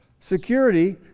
Security